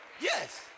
Yes